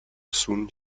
sun